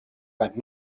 but